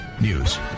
News